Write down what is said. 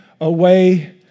away